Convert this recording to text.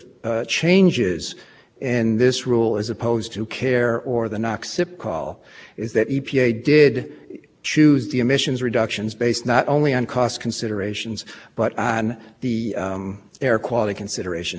it did so only so far is necessary as to bring the above average the risky air amounts of the risky air quality in the down states beneath the next and so there is no over control